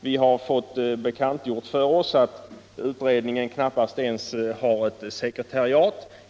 Vi har fått bekantgjort för oss att utredningen knappast ens har något sekretariat.